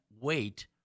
wait